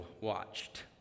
watched